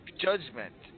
Judgment